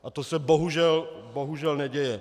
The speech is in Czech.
A to se bohužel, bohužel neděje.